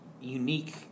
unique